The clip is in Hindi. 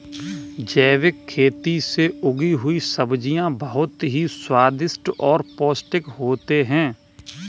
जैविक खेती से उगी हुई सब्जियां बहुत ही स्वादिष्ट और पौष्टिक होते हैं